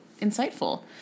insightful